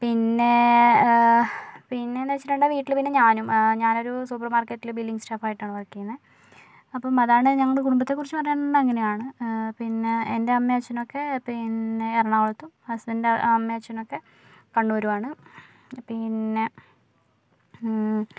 പിന്നെ പിന്നെ എന്താച്ചിട്ടുണ്ടാ വീട്ടില് പിന്നെ ഞാനും ഞാനൊരു സൂപ്പര് മാര്ക്കറ്റില് ബില്ലിംങ് സ്റ്റാഫ് ആയിട്ടാണ് വര്ക്കീയുന്നെ അപ്പം അതാണ് ഞങ്ങളുടെ കുടുംബത്തെ കുറിച്ച് പറഞ്ഞിടെങ്കില് അങ്ങനാണ് പിന്നെ എൻ്റെ അമ്മയും അച്ഛനും ഒക്കെ പിന്നെ എറണാകുളത്തും ഹസ്ബന്ഡിന്ടെ അമ്മയും അച്ഛനും ഒക്കെ കണ്ണൂരും ആണ് പിന്നെ